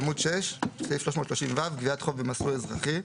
בעמוד 6, סעיף 330ו, גביית חוב במסלול אזרחי.